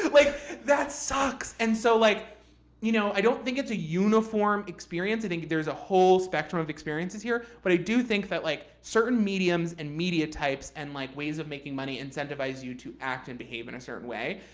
like that sucks. and so like you know i don't think it's a uniform experience. i think there's a whole spectrum of experiences here. but i do think that like certain mediums and media types and like ways of making money incentivize you to act and behave in a certain way.